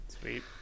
Sweet